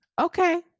Okay